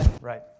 Right